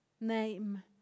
name